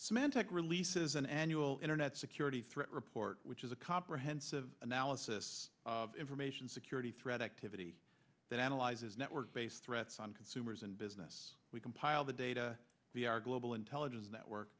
symantec releases an annual internet security threat report which is a comprehensive analysis of information security threat activity that analyzes network based threats on consumers and business we compile the data the our global intelligence network